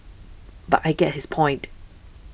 but I get his point